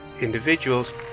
individuals